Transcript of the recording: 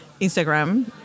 Instagram